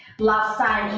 last time,